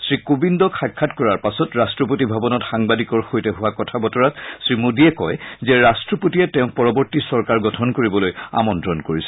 শ্ৰীকোবিন্দক সাক্ষাৎ কৰাৰ পাছত ৰাট্টপতি ভৱনত সাংবাদিকৰ সৈতে হোৱা কথা বতৰাত শ্ৰীমোদীয়ে কয় যে ৰাট্টপতিয়ে তেওঁক পৰৱৰ্তী চৰকাৰ গঠন কৰিবলৈ আমন্ত্ৰণ কৰিছে